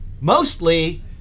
Mostly